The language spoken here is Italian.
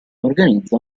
organizza